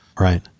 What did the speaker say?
Right